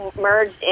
merged